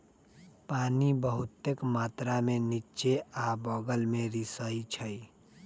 पानी बहुतेक मात्रा में निच्चे आ बगल में रिसअई छई